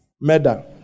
murder